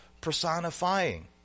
personifying